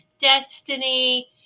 Destiny